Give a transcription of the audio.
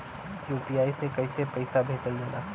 UPI से कइसे पैसा भेजल जाला?